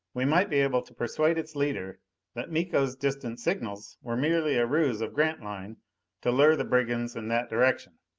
we might be able to persuade its leader that miko's distant signals were merely a ruse of grantline to lure the brigands in that direction.